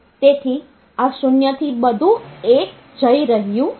તેથી આ 0 થી બધું 1 જઈ રહ્યું છે